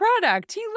product